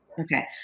Okay